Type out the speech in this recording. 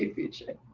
vijay